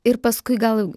ir paskui gal